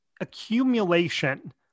accumulation